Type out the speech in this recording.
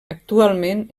actualment